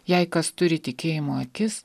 jei kas turi tikėjimo akis